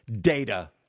data